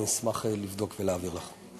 אני אשמח לבדוק ולהעביר לך.